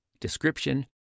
description